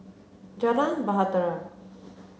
Jalan Bahtera